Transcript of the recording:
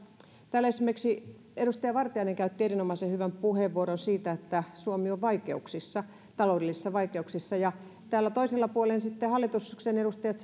täällä esimerkiksi edustaja vartiainen käytti erinomaisen hyvän puheenvuoron siitä että suomi on vaikeuksissa taloudellisissa vaikeuksissa ja täällä toisella puolen sitten hallituksen edustajat